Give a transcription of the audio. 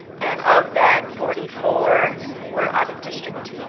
and of that, forty four were out of district.